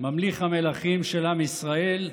ממליך המלכים של עם ישראל,